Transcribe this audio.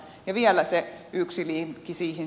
ja vielä yksi linkki siihen